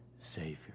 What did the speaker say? savior